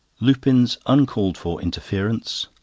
lupin's uncalled-for interference.